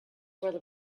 were